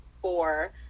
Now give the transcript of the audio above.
four